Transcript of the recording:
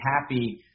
happy